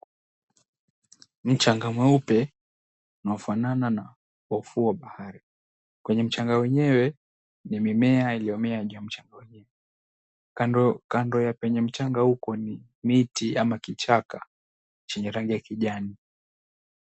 Mchanga mweupe unaofanana na ufuo wa bahari, kwenye mchanga wenyewe ni mimea iliyomea kwenye mchanga wenyewe, kando ya penye mchanga uko ni miti ama kichaka chenye rangi ya kijani.